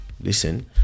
listen